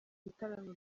bitaramo